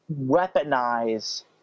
weaponize